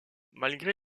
malgré